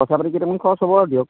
পইচা পাতি কেইটামান খৰচ হ'ব আৰু দিয়ক